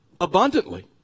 Abundantly